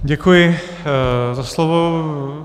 Děkuji za slovo.